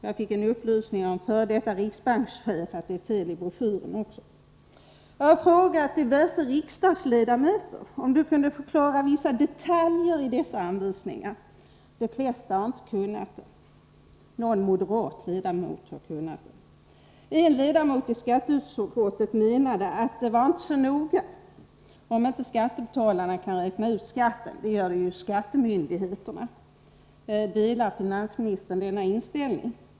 Jag fick i dag en upplysning av en före detta riksbankschef att det finns fel i broschyren. Jag har frågat diverse riksdagsledamöter om de kunde förklara vissa detaljer i anvisningarna. De flesta har inte kunnat det, utom någon moderat ledamot. En ledamot i skatteutskottet menade att det inte är så noga om skattebetalarna kan räkna ut skatten — det gör ju myndigheterna. Delar finansministern denna inställning?